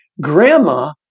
Grandma